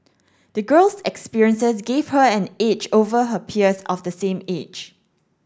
the girl's experiences gave her an edge over her peers of the same age